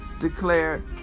declared